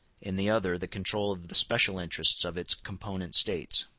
in the other the control of the special interests of its component states.